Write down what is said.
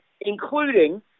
including